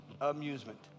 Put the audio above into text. amusement